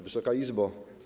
Wysoka Izbo!